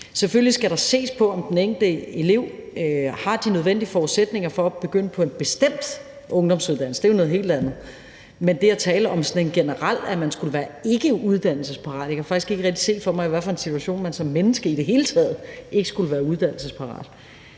Selvfølgelig skal der ses på, om den enkelte elev har de nødvendige forudsætninger for at begynde på en bestemt ungdomsuddannelse. Det er noget helt andet. Men i forhold til det at tale om, sådan generelt, at man skulle være ikke uddannelsesparat: Jeg kan faktisk ikke helt se for mig, i hvad for en situation man som menneske i det hele taget ikke skulle være uddannelsesparat.